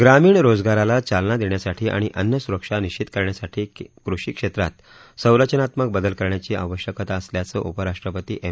ग्रामीण रोजगाराला चालना देण्यासाठी आणि अन्न सुरक्षा निश्वित करण्यासाठी कृषी क्षेत्रात संरचनात्मक बदल करण्याची आवश्यकता असल्याचं उपराष्ट्रपती एम